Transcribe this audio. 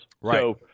Right